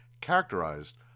characterized